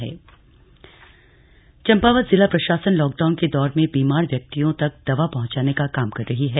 health helpline Champawat जिला प्रशासन lockdown के दौर में बीमार व्यक्तियों तक दवा पहंचाने का काम कर रही है